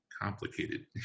complicated